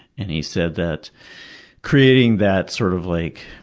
and he said that creating that sort of like